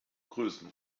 begrüßen